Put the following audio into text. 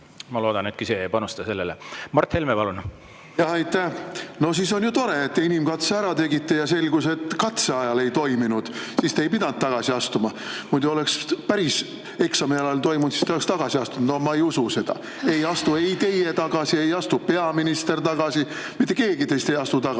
riik, kus teine riigikeel on vene keel? Aitäh! No siis on ju tore, et te inimkatse ära tegite ja selgus, et katseajal ei toiminud. Siis te ei pidanud tagasi astuma. Muidu oleks päris eksami ajal toimunud ja siis te oleks tagasi astunud. No ma ei usu seda. Ei astu teie tagasi, ei astu peaminister tagasi, mitte keegi teist ei astu tagasi.